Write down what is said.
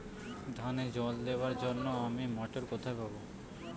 ধানে জল দেবার জন্য আমি মটর কোথায় পাবো?